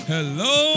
Hello